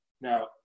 Now